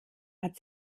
hat